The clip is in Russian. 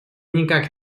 никак